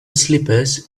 slippers